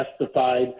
testified